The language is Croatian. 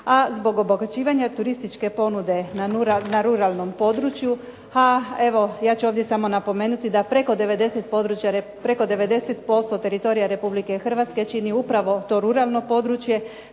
a zbog obogaćivanja turističke ponude na ruralnom području, a evo ja ću ovdje samo napomenuti da preko 90% teritorija Republike Hrvatske čini upravo to ruralno područje,